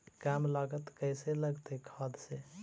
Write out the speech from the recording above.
कम लागत कैसे लगतय खाद से?